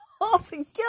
altogether